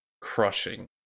crushing